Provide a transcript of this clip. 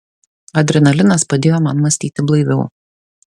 adrenalinas padėjo man mąstyti blaiviau